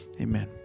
Amen